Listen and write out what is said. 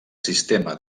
sistema